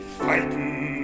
fighting